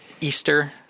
Easter